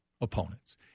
opponents